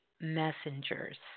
messengers